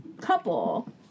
couple